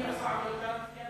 זמני הפעם לא תם.